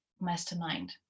mastermind